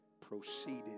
proceeded